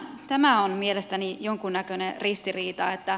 tämä on mielestäni jonkunnäköinen ristiriita